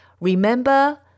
Remember